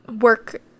work